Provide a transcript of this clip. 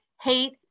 hate